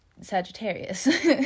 Sagittarius